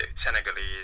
Senegalese